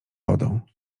wodą